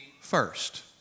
first